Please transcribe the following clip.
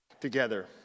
together